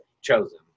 chosen